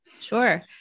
Sure